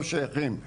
לא שייכים,